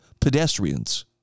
pedestrians